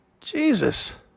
Jesus